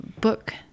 book